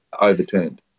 overturned